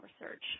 Research